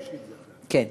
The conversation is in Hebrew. כן.